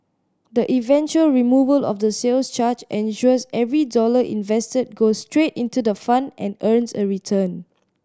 the eventual removal of the sales charge ensures every dollar invested goes straight into the fund and earns a return